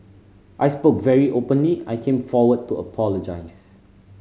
I spoke very openly I came forward to apologise